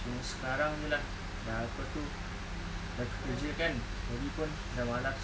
cuma sekarang jer lah dah apa tu dah kerja kan jadi pun dah malas